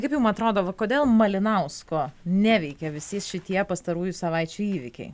kaip jum atrodo kodėl malinausko neveikė visi šitie pastarųjų savaičių įvykiai